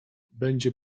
będzie